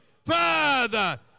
Father